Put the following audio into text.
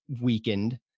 weakened